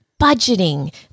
budgeting